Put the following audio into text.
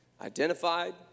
Identified